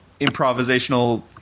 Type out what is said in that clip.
improvisational